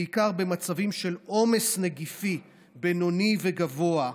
בעיקר במצבים של עומס נגיפי בינוני וגבוה,